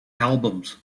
albums